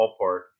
ballpark